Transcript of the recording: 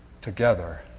together